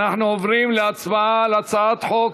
אנחנו עוברים להצבעה על הצעת החוק,